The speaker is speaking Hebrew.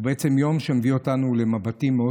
הוא בעצם יום שמביא אותנו למבטים מאוד